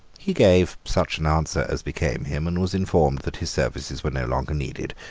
he gave such an answer as became him, and was informed that his services were no longer needed.